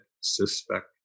suspect